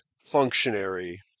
functionary